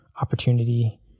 opportunity